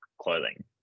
clothing